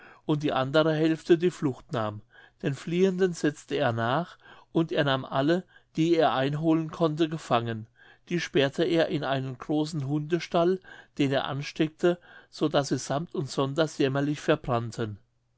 und die andere hälfte die flucht nahm den fliehenden setzte er nach und er nahm alle die er einholen konnte gefangen die sperrte er in einen großen hundestall den er ansteckte so daß sie sammt und sonders jämmerlich verbrannten